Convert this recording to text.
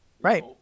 right